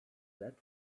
that